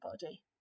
body